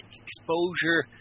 exposure